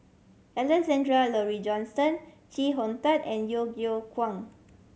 Alexander Laurie Johnston Chee Hong Tat and Yeo Yeow Kwang